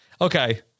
Okay